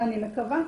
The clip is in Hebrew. אני מקווה.